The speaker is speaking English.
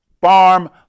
farm